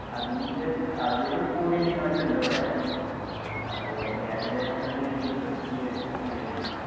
അതിൻ്റെ അതിലും കൂടിയ ഇനങ്ങളൊക്കെ ഉണ്ട് അപ്പോൾ ഏകദേശം ഒരു ഇരുപത്തി എട്ട് ഉർപ്യ വരുന്നത്